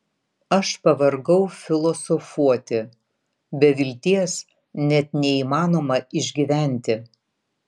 aš pavargau filosofuoti be vilties net neįmanoma išgyventi